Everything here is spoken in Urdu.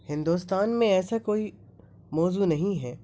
ہندوستان میں ایسا کوئی موضوع نہیں ہے